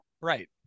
right